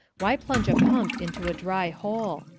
why plunge a pump into a dry hole?